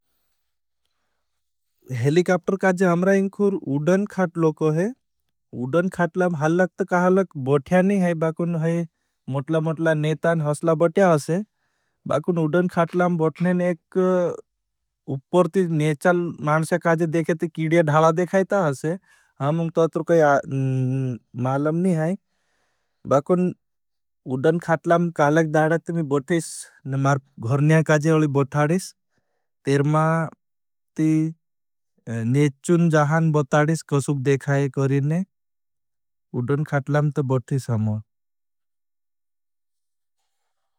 हेलिकाप्टर काजे हमरा इंखूर उड़न खाट लोको है। उड़न खाटलाम हलकत कहालक बोठया नहीं है। बाकुन है मोटला मोटला नेतान हसला बोठया है। बाकुन उड़न खाटलाम बोठने ने एक उपर ती नेचाल मानस्या काजे देखे ती कीडिया धाला देखायता हसे। हमुं तो अतर कोई मालम नहीं है। बाकुन उड़न खाटलाम कालक दाले ती मी बोठीश ने मार घ़र्णिया काजे वली बोठाडीश। तेर मा ती नेचुन जहान बोठाडीश कशुब देखाये करेने उड़न खाटलाम तो बोठीश हमुं।